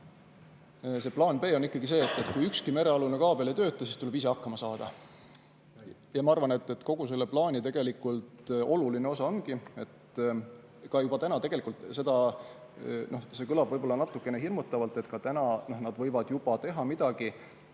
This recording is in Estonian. See plaan B on ikkagi see, et kui ükski merealune kaabel ei tööta, siis tuleb ise hakkama saada. Ma arvan, et kogu selle plaani oluline osa ongi, et ka juba täna tegelikult – no see kõlab võib-olla natuke hirmutavalt – nad võivad juba teha midagi.